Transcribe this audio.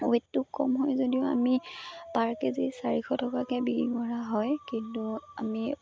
ৱেইটটো কম হয় যদিও আমি পাৰ কে জি চাৰিশ টকাকৈ বিক্ৰী কৰা হয় কিন্তু আমি